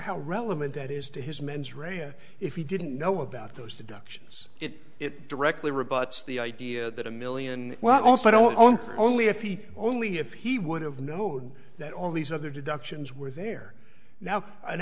how relevant that is to his mens rea and if he didn't know about those deductions it it directly rebuts the idea that a million well also i don't own only a few only if he would have known that all these other deductions were there now an